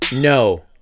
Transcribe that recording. No